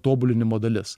tobulinimo dalis